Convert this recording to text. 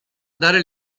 dare